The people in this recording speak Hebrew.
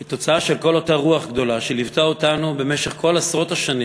היא תוצאה של כל אותה רוח גדולה שליוותה אותנו במשך כל עשרות השנים